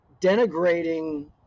denigrating